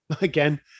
again